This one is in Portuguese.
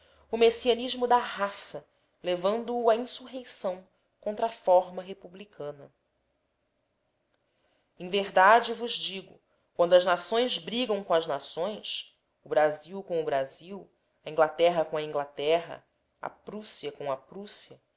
o messianismo da raça levando-o à insurreição contra a forma republicana em verdade vos digo quando as nações brigam com as nações o brazil com o brazil a inglaterra com a inglaterra a prussia com a